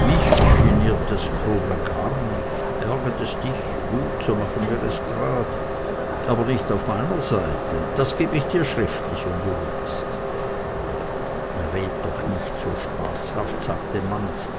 mich geniert das krumme gar nicht ärgert es dich gut so machen wir es grad aber nicht auf meiner seite das geb ich dir schriftlich wenn du willst rede doch nicht so spaßhaft sagte manz